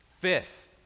Fifth